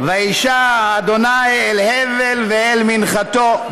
וישע ה' אל הבל ואל מנחתו,